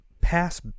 pass